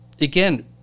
again